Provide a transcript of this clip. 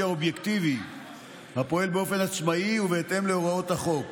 האובייקטיבי הפועל באופן עצמאי ובהתאם להוראות החוק.